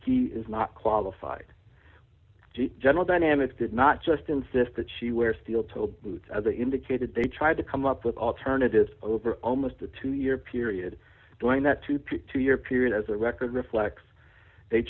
he is not qualified general dynamics did not just insist that she wear steel toed boots indicated they tried to come up with alternatives over almost a two year period during that two p two year period as a record reflects they